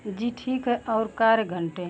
जी ठीक है और कार्य घंटे